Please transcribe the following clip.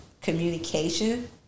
communication